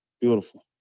Beautiful